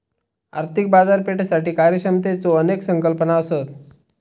आर्थिक बाजारपेठेसाठी कार्यक्षमतेच्यो अनेक संकल्पना असत